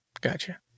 Gotcha